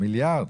מיליארד?